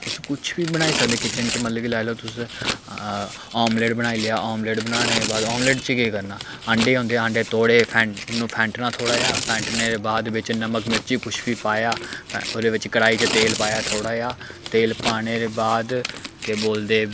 तुस कुछ बी बनाई सकदे किचन च मतलब कि लाई लैओ तुस आमलेट बनाई लेआ आमलेट बनाने दे बाद आमलेट च केह् करना आंडे होंदे आंडे तोड़े उन्नू फैंटना थोह्ड़ा जेहा फैंटने दे बाद बिच्च नमक मिर्ची कुछ बी पाया ओह्दे बिच्च कड़ाही च तेल पाया थोह्ड़ा जेहा तेल पाने दे बाद केह् बोलदे